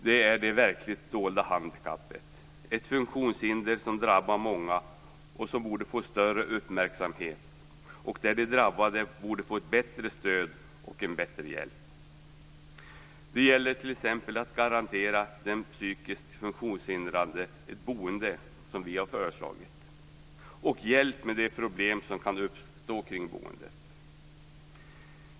Detta är det verkligt dolda handikappet - ett funktionshinder som drabbar många och som borde få större uppmärksamhet. De drabbade borde få ett bättre stöd och en bättre hjälp. Det gäller t.ex. att garantera den psykiskt funktionshindrade ett boende, som vi föreslagit, och hjälp i samband med de problem som kan uppstå kring boendet.